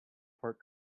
pork